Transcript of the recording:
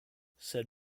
said